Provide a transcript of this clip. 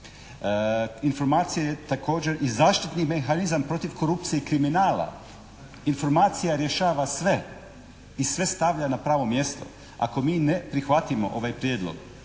Informacija je također i zaštitni mehanizam protiv korupcije i kriminala. Informacija rješava sve i sve stavlja na pravo mjesto. Ako mi ne prihvatimo ovaj prijedlog